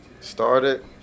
started